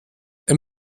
bei